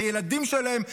את הילדים שלהם,